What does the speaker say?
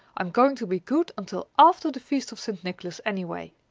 i'm going to be good until after the feast of st. nicholas, anyway.